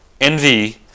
NV